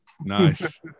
Nice